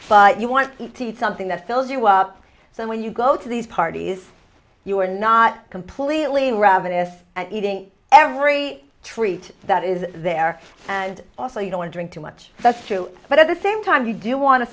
but you want to eat something that fills you up so when you go to these parties you are not completely in ravenous and eating every treat that is there and also you don't drink too much that's true but at the same time you do want to